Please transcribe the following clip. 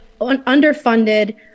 underfunded